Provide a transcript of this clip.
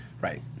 Right